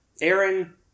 Aaron